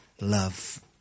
love